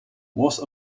was